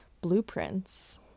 blueprints